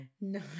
No